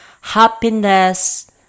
happiness